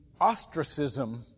ostracism